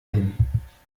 hin